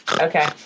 Okay